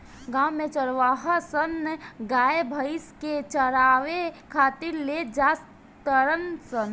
गांव में चारवाहा सन गाय भइस के चारावे खातिर ले जा तारण सन